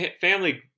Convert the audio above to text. family